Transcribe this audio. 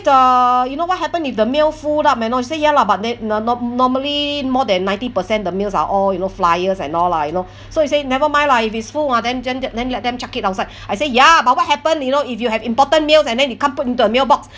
the you know what happen if the mail full up you know he said ya lah but then uh nor~ normally more than ninety percent the mails are all you know flyers and all lah you know so he say never mind lah if it's full ah then gen~ then let them chuck it outside I said ya but what happened you know if you have important mails and then you can't put into a mailbox